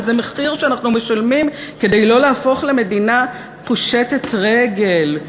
אבל זה מחיר שאנחנו משלמים כדי לא להפוך למדינה פושטת רגל".